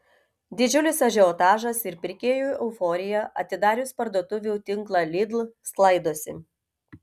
didžiulis ažiotažas ir pirkėjų euforija atidarius parduotuvių tinklą lidl sklaidosi